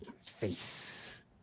Face